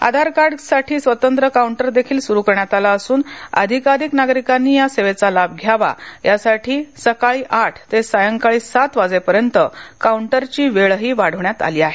आधारकार्डसाठी स्वतंत्र काऊंटर देखील सुरू करण्यात आला असून अधिकाधिक नागरिकांनी या सेवेचा लाभ घ्यावा याकरीता सकाळी आठ ते सायंकाळी सात वाजेपर्यंत काऊंटरची वेळही वाढविण्यात आली आहे